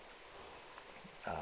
err